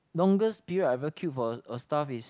longest period I ever queued for a stuff is